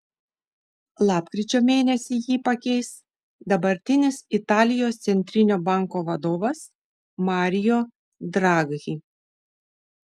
lapkričio mėnesį jį pakeis dabartinis italijos centrinio banko vadovas mario draghi